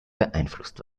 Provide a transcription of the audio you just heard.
beeinflusst